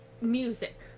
music